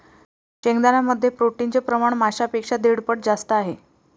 शेंगदाण्यांमध्ये प्रोटीनचे प्रमाण मांसापेक्षा दीड पट जास्त आहे